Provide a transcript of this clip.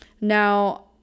Now